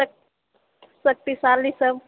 शक्ति शक्तिशालीसभ